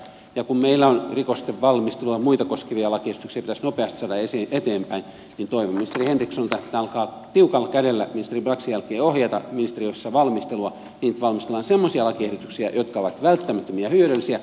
ja kun meillä rikosten valmistelua ja muita koskevia lakiesityksiä pitäisi nopeasti saada eteenpäin niin toivon ministeri henrikssonilta että alkaa tiukalla kädellä ministeri braxin jälkeen ohjata ministeriössä valmistelua niin että valmistellaan semmoisia lakiehdotuksia jotka ovat välttämättömiä ja hyödyllisiä